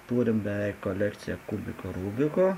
turim beveik kolekciją kubiko rubiko